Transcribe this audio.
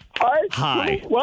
Hi